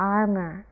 armor